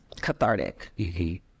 cathartic